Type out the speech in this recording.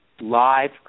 live